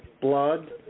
blood